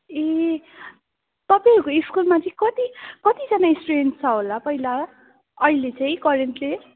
ए तपाईँहरूको स्कुलमा चाहिँ कति कतिजना स्टुडेन्स छ होला पहिला अहिले चाहिँ करेन्टली